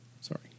Sorry